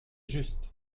juste